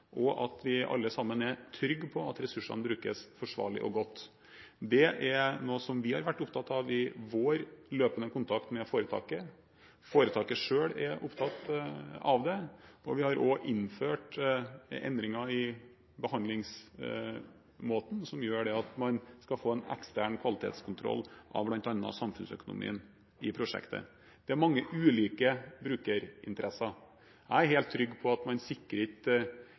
av at vi alle sammen er trygge på at ressursene brukes forsvarlig og godt. Det er noe som vi har vært opptatt av i vår løpende kontakt med foretaket, foretaket selv er opptatt av det, og vi har også innført endringer i behandlingsmåten som gjør at man skal få en ekstern kvalitetskontroll av bl.a. samfunnsøkonomien i prosjektet. Det er mange ulike brukerinteresser. Jeg er helt trygg på at man ikke sikrer